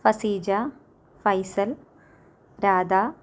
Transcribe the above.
Faseeja Faisal Radha